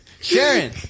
Sharon